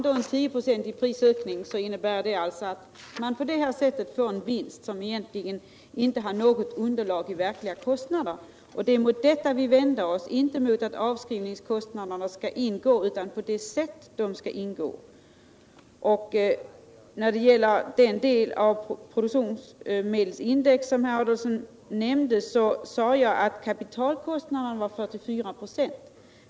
Vid en 10-procentig prisökning får man på detta sätt en vinst, som egentligen inte har något underlag i verkliga kostnader. Det är mot detta vi vänder oss, alltså inte mot att avskrivningskostnaderna skall ingå utan mot det sätt på vilket de skall ingå. När det gäller den del av produktionsmedelsindex som herr Adolfsson nämnde sade jag att kapitalkostnaden var 44 26.